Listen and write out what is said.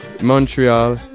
Montreal